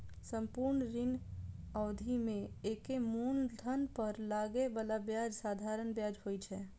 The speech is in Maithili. संपूर्ण ऋण अवधि मे एके मूलधन पर लागै बला ब्याज साधारण ब्याज होइ छै